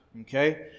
Okay